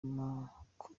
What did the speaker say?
makuru